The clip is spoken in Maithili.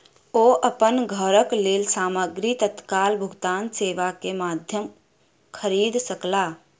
ओ अपन घरक लेल सामग्री तत्काल भुगतान सेवा के माध्यम खरीद सकला